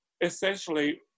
essentially